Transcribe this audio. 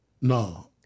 No